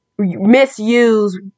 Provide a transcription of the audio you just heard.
misuse